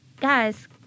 guys